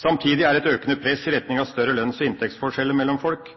Samtidig er det et økende press i retning av større lønns- og inntektsforskjeller mellom folk,